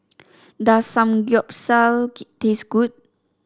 does Samgeyopsal taste good